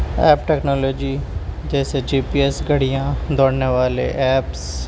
app technology جیسے G P S گڑیاں دوڑنے والے ایپس